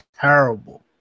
terrible